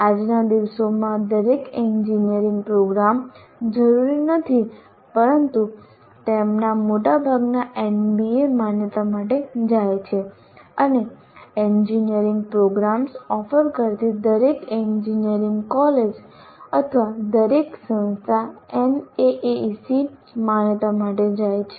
આજના દિવસોમાં દરેક એન્જિનિયરિંગ પ્રોગ્રામ જરૂરી નથી પરંતુ તેમાંના મોટાભાગના એનબીએ માન્યતા માટે જાય છે અને એન્જિનિયરિંગ પ્રોગ્રામ્સ ઓફર કરતી દરેક એન્જિનિયરિંગ કોલેજ અથવા દરેક સંસ્થા એનએએસી માન્યતા માટે જાય છે